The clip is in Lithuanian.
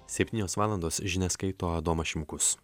septynios valandos žinias skaito adomas šimkus